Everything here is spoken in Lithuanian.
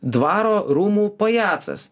dvaro rūmų pajacas